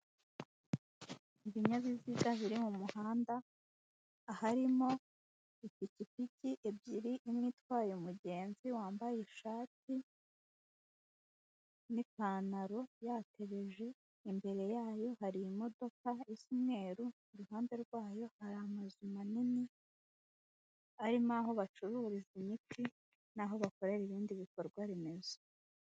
Ibinyabiziga biri mu muhanda harimo ipikipiki ebyiri imwe itwaye umugenzi wambaye ishati n'ipantaro yatebeje, imbere yayo hari imodoka isa umweru iruhande rwayo hari amazu manini arimo aho bacururiza imiti, naho bakorera ibindi bikorwa remezo.